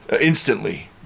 instantly